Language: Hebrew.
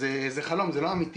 זה חלום, זה לא אמיתי'.